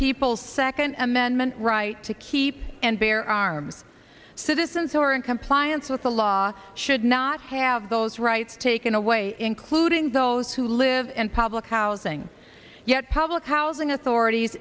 well second amendment right to keep and bear arms citizens who are in compliance with the law should not have those rights taken away including those who live in public housing yet public housing authorities